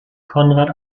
konrad